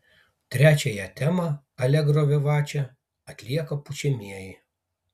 trečiąją temą alegro vivače atlieka pučiamieji